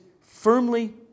firmly